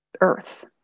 earth